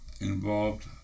involved